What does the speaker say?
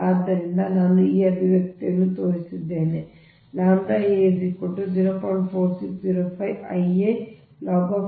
ಆದ್ದರಿಂದ ಈಗ ನಾನು ಈ ಅಭಿವ್ಯಕ್ತಿಯನ್ನು ತೋರಿಸಿದ್ದೇನೆ ಎಂದು ನಾವು ಬರೆಯುತ್ತಿದ್ದೇವೆ ಆದ್ದರಿಂದ ಇಂಡಕ್ಟನ್ಸ್ Laʎa I a